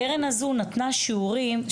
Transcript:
הקרן הזו נתנה שיעורים,